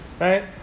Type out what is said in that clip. Right